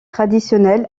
traditionnel